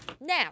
now